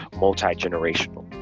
multi-generational